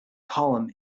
column